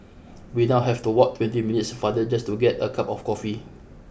we now have to walk twenty minutes farther just to get a cup of coffee